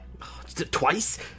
Twice